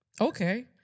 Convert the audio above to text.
Okay